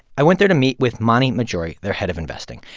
i went there to meet with mani mahjouri, their head of investing.